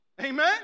Amen